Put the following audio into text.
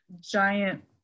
giant